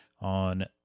on